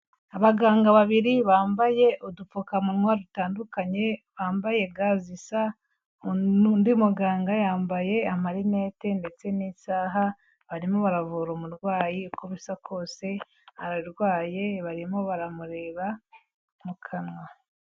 Abaganga babiri bambaye udupfukamunwa dutandukanye, bambaye ga zisa, undi muganga yambaye amarinete ndetse n'isaha, barimo baravura umurwayi uko bisa kose ararwaye, barimo baramureba mu kanwa.